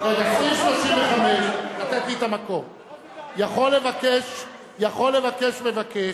סעיף 35, יכול לבקש מבקש,